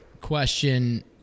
question